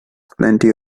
plenty